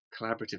collaborative